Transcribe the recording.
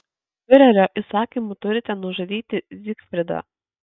fiurerio įsakymu turite nužudyti zygfridą